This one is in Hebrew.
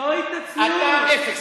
אתה אפס,